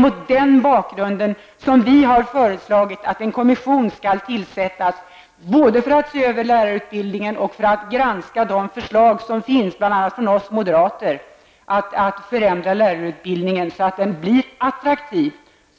Mot den bakgrunden har vi föreslagit att en kommission skall tillsättas som skall ha både att se över lärarutbildningen och att granska de förslag som finns, bl.a. från oss moderater. Det gäller ju att förändra lärarutbildningen så, att både denna